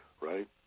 right